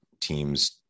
teams